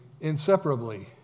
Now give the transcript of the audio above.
inseparably